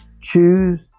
choose